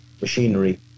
machinery